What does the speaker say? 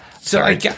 Sorry